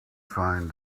find